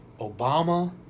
Obama